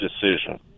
decision